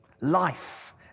Life